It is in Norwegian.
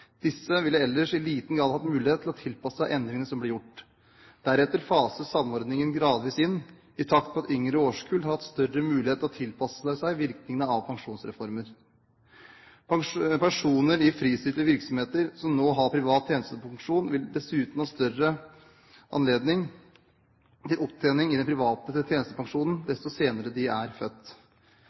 Disse ville ellers i liten grad hatt mulighet til å tilpasse seg endringene som blir gjort. Deretter fases samordningen gradvis inn, i takt med at yngre årskull har hatt større mulighet til å tilpasse seg virkningene av pensjonsreformen. Personer i fristilte virksomheter som nå har privat tjenestepensjon, vil dessuten ha større anledning til opptjening i den private tjenestepensjonen desto senere de er født.